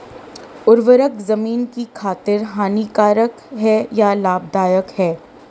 उर्वरक ज़मीन की खातिर हानिकारक है या लाभदायक है?